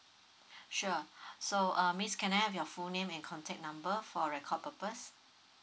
sure so uh miss can I have your full name and contact number for record purpose